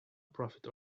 profit